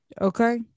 Okay